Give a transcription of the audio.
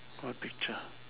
what picture